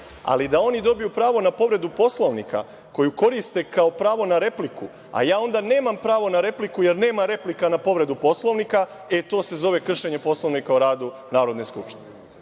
da oni dobiju pravo na povredu Poslovnika koju koriste kao pravo na repliku, a ja onda nemam pravo na repliku, jer nema replika na povredu Poslovnika, e, to se zove kršenje Poslovnika o radu Narodne skupštine,